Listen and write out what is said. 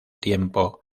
tiempo